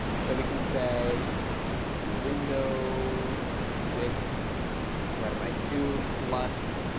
so we can say window width divided by two plus